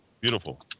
beautiful